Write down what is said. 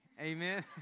Amen